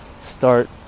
start